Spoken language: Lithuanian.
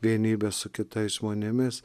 vienybę su kitais žmonėmis